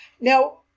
Now